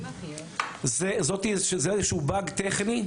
זה היה איזה שהוא באג טכני.